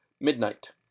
Midnight